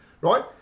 right